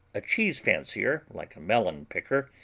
a cheese-fancier, like a melon-picker,